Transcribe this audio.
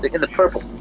the purple.